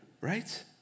right